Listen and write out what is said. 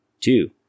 Two